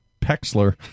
Pexler